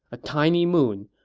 a tiny moon,